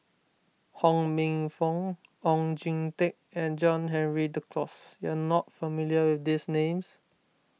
Ho Minfong Oon Jin Teik and John Henry Duclos you are not familiar with these names